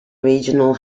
regional